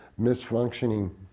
misfunctioning